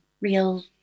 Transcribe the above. real